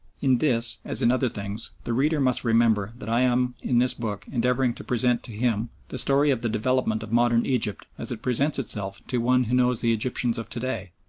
in this, as in other things, the reader must remember that i am in this book endeavouring to present to him the story of the development of modern egypt as it presents itself to one who knows the egyptians of to-day,